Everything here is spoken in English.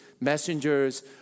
messengers